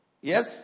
Yes